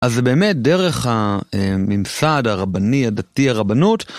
אז באמת דרך הממסד הרבני, הדתי הרבנות